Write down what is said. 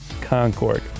concord